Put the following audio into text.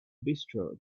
bistro